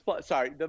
sorry